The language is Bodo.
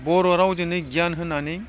बर' रावजोंनो गियान होनानै